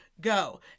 go